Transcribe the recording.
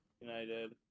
United